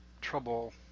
trouble